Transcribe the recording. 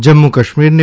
જમ્મુ કાશ્મીરને